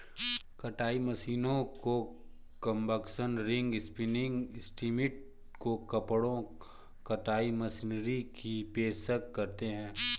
कताई मशीनों को कॉम्बर्स, रिंग स्पिनिंग सिस्टम को कपड़ा कताई मशीनरी की पेशकश करते हैं